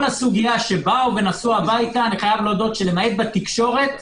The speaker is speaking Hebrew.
כל הסוגיה שנסעו הביתה - למעט התקשורת,